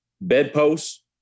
bedposts